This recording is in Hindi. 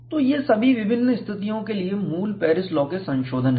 तो ये सभी विभिन्न स्थितियों के लिए मूल पेरिस लॉ के संशोधन हैं